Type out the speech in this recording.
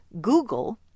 Google